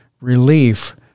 relief